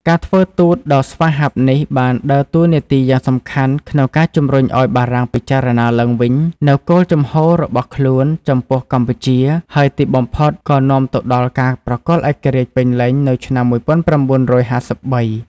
ការធ្វើទូតដ៏ស្វាហាប់នេះបានដើរតួនាទីយ៉ាងសំខាន់ក្នុងការជំរុញឱ្យបារាំងពិចារណាឡើងវិញនូវគោលជំហររបស់ខ្លួនចំពោះកម្ពុជា ហើយទីបំផុតក៏នាំទៅដល់ការប្រគល់ឯករាជ្យពេញលេញនៅឆ្នាំ១៩៥៣។